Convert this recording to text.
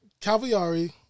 Calviari